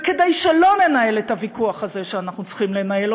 וכדי שלא ננהל את הוויכוח הזה שאנחנו צריכים לנהל,